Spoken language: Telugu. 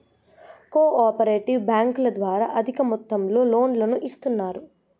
కో ఆపరేటివ్ బ్యాంకుల ద్వారా అధిక మొత్తంలో లోన్లను ఇస్తున్నరు